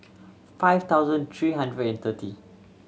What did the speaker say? five thousand three hundred and thirty